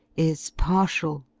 is partial,